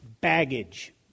Baggage